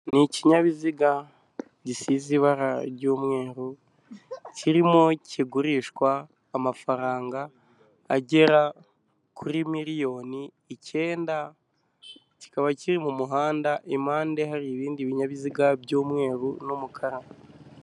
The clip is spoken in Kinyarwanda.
Ni ikinyabiziga gisize ibara ry'umweru, kirimo kigurishwa amafaranga agera kuri miliyoni icyenda, kikaba kiri mu muhanda, impande hari ibindi binyabiziga by'umweru n'umukara.